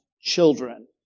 children